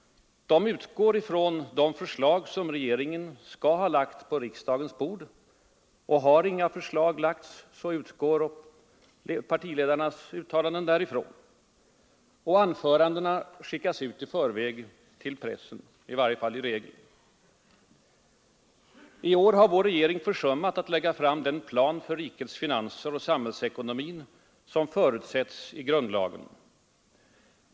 De utgår ifrån de förslag som regeringen skall ha lagt på 30 januari 1974 riksdagens bord, och har inga förslag lagts utgår partiledarnas anföranden ———— därifrån. Anförandena skickas ut i förväg till pressen, i varje fall i regel. Allmänpolitisk I år har vår regering försummat att lägga fram den plan för rikets debatt finanser och för samhällsekonomin som förutsetts i grundlagen.